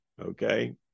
Okay